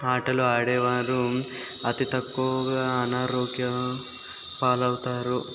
ఆటలు ఆడేవారు అతి తక్కువగా అనారోగ్యం పాలవుతారు